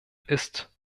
ist